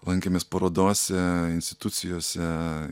lankėmės parodose institucijose